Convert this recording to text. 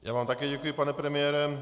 Já vám také děkuji, pane premiére.